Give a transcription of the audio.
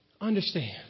understand